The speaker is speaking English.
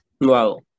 Wow